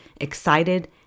excited